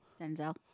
Denzel